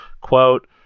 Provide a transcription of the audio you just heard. Quote